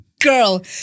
girl